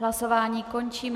Hlasování končím.